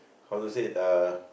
how to say it uh